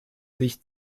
sich